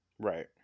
right